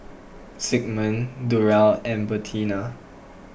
Zigmund Durell and Bertina